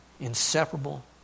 inseparable